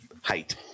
height